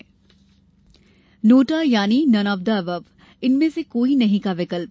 NOTA NOTA यानि none of the above इनमें से कोई नहीं का विकल्प